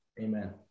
Amen